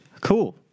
Cool